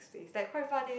like quite fun eh